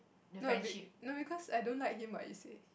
no be no because I don't like him what you see